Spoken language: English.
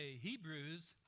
Hebrews